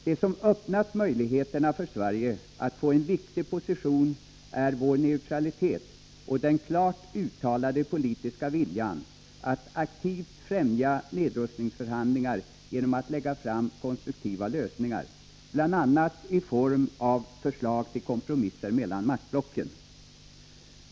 Det som öppnat möjligheterna för Sverige att få en viktig position är vår neutralitet och den klart uttalade politiska viljan att aktivt främja nedrustningsförhandlingar genom att lägga fram konstruktiva lösningar, bl.a. i form av förslag till kompromisser mellan maktblocken.